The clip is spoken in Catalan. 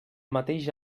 mateix